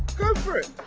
go for it.